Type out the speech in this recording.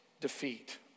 defeat